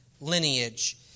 lineage